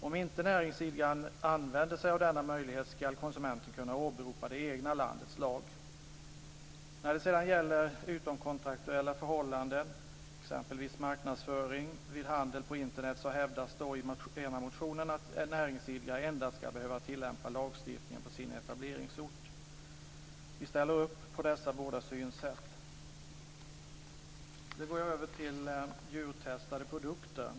Om inte näringsidkaren använder sig av denna möjlighet ska konsumenten kunna åberopa det egna landets lag. När det sedan gäller utomkontraktuella förhållanden, exempelvis marknadsföring, vid handel på Internet hävdas i den ena motionen att en näringsidkare endast ska behöva tillämpa lagstiftningen på sin etableringsort. Vi ställer upp på dessa båda synsätt. Jag går så över till djurtestade produkter.